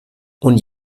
und